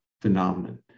phenomenon